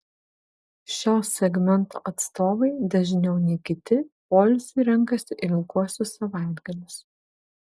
šio segmento atstovai dažniau nei kiti poilsiui renkasi ilguosius savaitgalius